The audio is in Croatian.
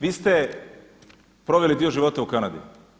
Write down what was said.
Vi ste proveli dio života u Kanadi.